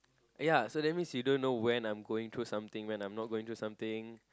ya that means you don't know when I'm going through something when I'm not going through something